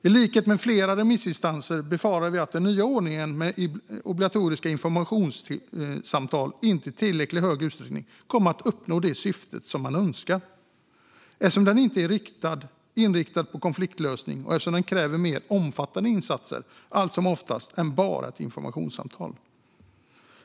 I likhet med flera remissinstanser befarar vi att den nya ordningen med obligatoriska informationssamtal inte i tillräckligt stor utsträckning kommer att leda till att man når det önskade syftet, eftersom den inte är inriktad på konfliktlösning, och det krävs allt som oftast mer omfattande insatser än bara ett informationssamtal.